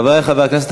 חברי חברי הכנסת,